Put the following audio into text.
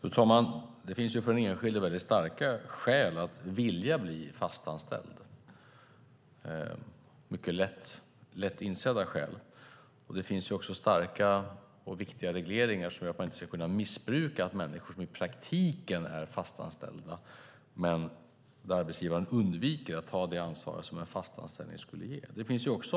Fru talman! För den enskilde finns det väldigt starka skäl att vilja bli fastanställd - mycket lätt insedda skäl. Det finns också starka och viktiga regleringar som gör att man inte ska kunna missbruka här - att människor i praktiken är fastanställda men arbetsgivaren undviker att ta det ansvar som en fast anställning skulle ge.